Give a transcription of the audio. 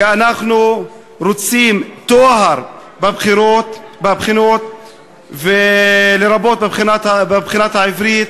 כי אנחנו רוצים טוהר בחינות, לרבות בבחינה בעברית.